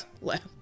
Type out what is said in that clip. left